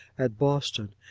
at boston,